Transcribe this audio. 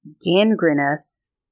gangrenous